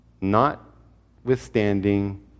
Notwithstanding